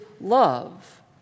love